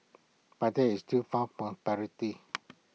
but that is too far from parity